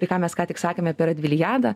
ir ką mes ką tik sakėme apie radvilijadą